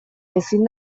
ezin